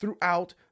throughout